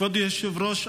כבוד היושב-ראש,